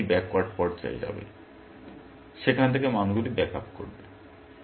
তারপরে এটি ব্যাকওয়ার্ড পর্যায়ে যাবে সেখান থেকে মানগুলি ব্যাক আপ করবে